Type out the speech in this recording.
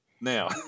now